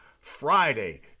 Friday